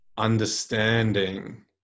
understanding